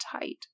tight